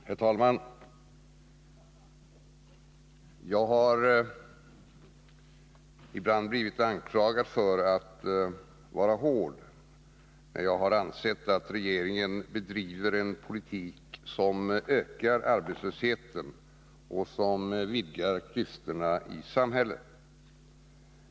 Herr talman! Jag har ibland blivit anklagad för att vara hård när jag har ansett att regeringen bedriver en politik som ökar arbetslösheten och vidgar klyftorna i samhället.